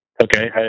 Okay